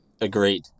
Agreed